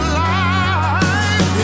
life